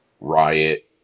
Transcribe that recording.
riot